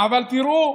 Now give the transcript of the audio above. אבל תראו,